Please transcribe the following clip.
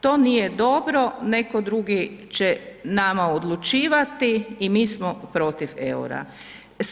To nije dobro, netko drugi će nama odlučivati i mi smo protiv EUR-a.